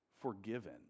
forgiven